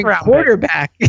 quarterback